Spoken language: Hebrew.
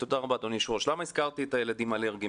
למה הזכרתי את הילדים האלרגיים?